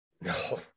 no